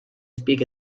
speak